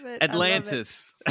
Atlantis